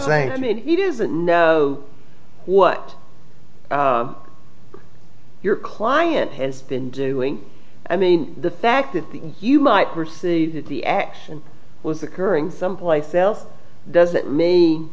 saying i mean he doesn't know what your client has been doing i mean the fact that you might perceive that the action was occurring someplace else doesn't me